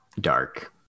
dark